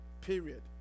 period